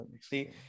See